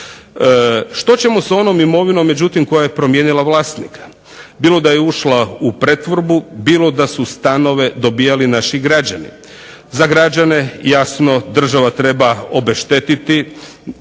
Što ćemo s onom imovinom međutim koja je promijenila vlasnika, bilo da je ušla u pretvorbu, bilo da su stanove dobivali naši građani. Za građane jasno država treba obeštetiti